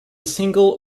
single